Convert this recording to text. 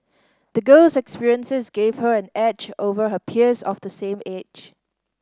the girl's experiences gave her an edge over her peers of the same age